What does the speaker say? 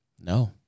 No